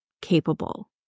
capable